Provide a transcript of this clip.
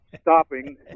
stopping